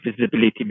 visibility